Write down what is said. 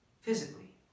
physically